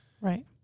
Right